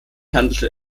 handelte